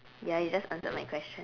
ya you just answered my question